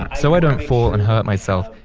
so i don't fall and hurt myself,